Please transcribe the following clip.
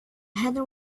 heather